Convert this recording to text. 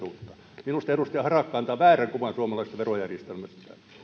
oli mielivaltaisuutta minusta edustaja harakka antaa väärän kuvan suomalaisesta verojärjestelmästä